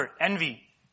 envy